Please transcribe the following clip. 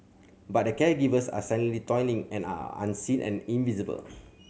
but the caregivers are silently toiling and are unseen and invisible